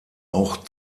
auch